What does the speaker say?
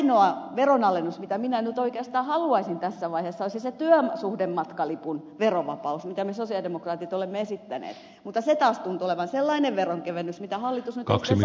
ainoa veronalennus mitä minä nyt oikeastaan haluaisin tässä vaiheessa olisi se työsuhdematkalipun verovapaus mitä me sosialidemokraatit olemme esittäneet mutta se taas tuntuu olevan sellainen veronkevennys mitä hallitus nyt ei sitten saakaan aikaiseksi